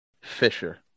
Fisher